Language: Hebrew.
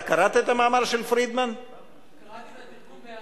אתה קראת את המאמר של פרידמן?